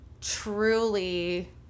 truly